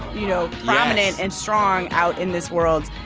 you know, prominent and strong out in this world,